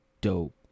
dope